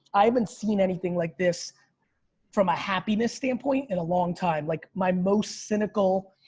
i haven't seen anything like this from a happiness standpoint in a long time like my most cynical,